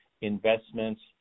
investments